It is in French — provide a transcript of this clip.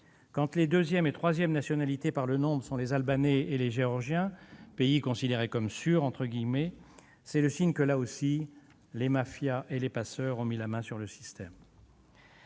Quand les deuxième et troisième nationalités par le nombre sont les Albanais et les Géorgiens, dont les pays sont considérés comme « sûrs », c'est le signe que, là aussi, les mafias et les passeurs ont mis la main sur le système.